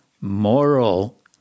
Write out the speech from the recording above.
moral